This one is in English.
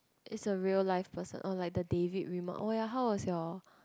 is a real life person oh like the David oh ya how was your